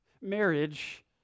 Marriage